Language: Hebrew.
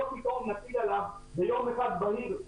לא פתאום נטיל עליו יום בהיר אחד,